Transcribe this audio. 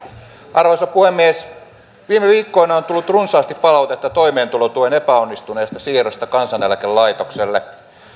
arvoisa puhemies viime viikkoina on tullut runsaasti palautetta toimeentulotuen epäonnistuneesta siirrosta kansaneläkelaitokselle